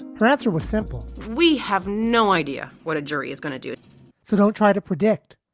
her answer was simple we have no idea what a jury is going to do so don't try to predict,